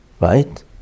right